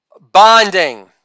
bonding